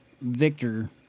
victor